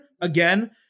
Again